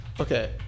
okay